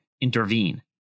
intervene